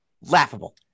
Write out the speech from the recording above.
Laughable